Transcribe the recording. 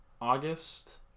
August